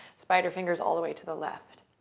spider fingers all the way to the left.